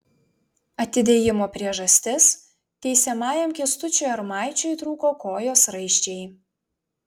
atidėjimo priežastis teisiamajam kęstučiui armaičiui trūko kojos raiščiai